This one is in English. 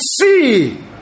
see